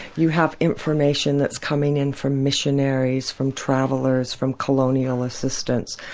you have information that's coming in from missionaries, from travellers, from colonial assistants,